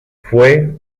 fue